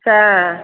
हँ